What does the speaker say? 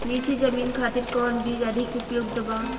नीची जमीन खातिर कौन बीज अधिक उपयुक्त बा?